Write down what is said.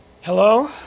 Hello